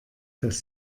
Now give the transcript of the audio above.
dass